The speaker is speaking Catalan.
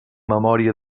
memòria